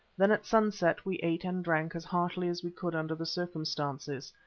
then at sunset we ate and drank as heartily as we could under the circumstances,